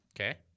okay